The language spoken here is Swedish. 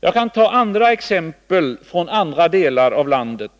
Jag kan ta andra exempel, från andra delar av landet.